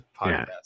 podcast